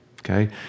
Okay